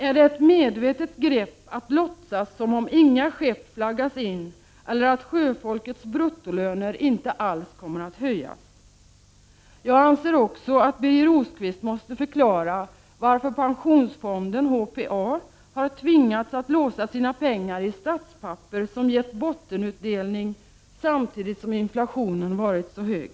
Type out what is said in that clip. Är det ett medvetet grepp att låtsas som om inga skepp flaggas in eller att sjöfolkets bruttolöner inte alls kommer att höjas? Birger Rosqvist måste också förklara varför pensionsfonden HPA har tvingats att låsa sina pengar i statspapper som gett bottenutdelning samtidigt som inflationen varit så hög.